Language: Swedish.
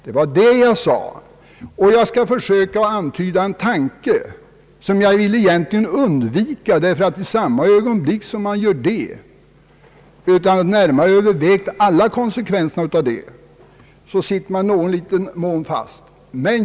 Det var vad jag sade, och jag skall försöka att antyda en tanke, som jag egentligen ville undvika, ty i samma ögonblick som man kommer med den utan att närmare ha övervägt alla dess konsekvenser sitter man i någon liten mån fast.